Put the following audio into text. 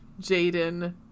Jaden